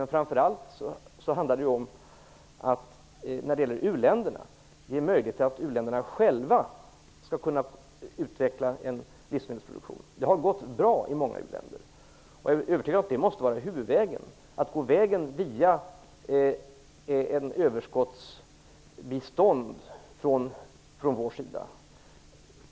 Men framför allt handlar det om att ge möjligheter till att u-länderna själva skall kunna utveckla en livsmedelsproduktion. Det har gått bra i många u-länder. Jag är övertygad om att det måste vara huvudvägen. Att gå vägen via överskottsbistånd från vår sida